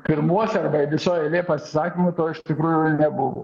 pirmuose arba visoj eilėj pasisakymų to iš tikrųjų nebuvo